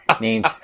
named